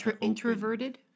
Introverted